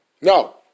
no